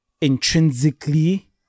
intrinsically